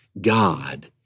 God